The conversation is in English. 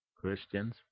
Christians